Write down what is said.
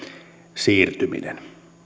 siirtyminen